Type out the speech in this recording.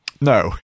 no